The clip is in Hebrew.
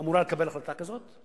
אמורה לקבל החלטה כזאת,